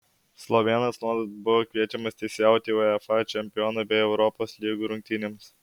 slovėnas nuolat buvo kviečiamas teisėjauti uefa čempionų bei europos lygų rungtynėms